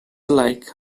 like